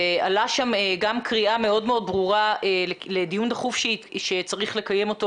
ועלתה שם גם קריאה מאוד ברורה לדיון דחוף שצריך לקיים אותו